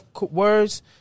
words